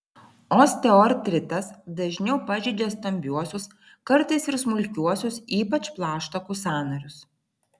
osteoartritas dažniau pažeidžia stambiuosius kartais ir smulkiuosius ypač plaštakų sąnarius